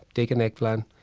take an eggplant,